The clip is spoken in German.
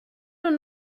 und